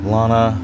Lana